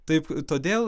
taip todėl